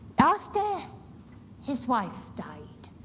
after his wife died,